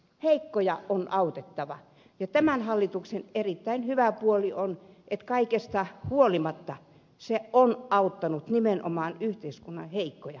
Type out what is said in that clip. heikkoja on autettava ja tämän hallituksen erittäin hyvä puoli on että kaikesta huolimatta se on auttanut nimenomaan yhteiskunnan heikkoja